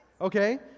Okay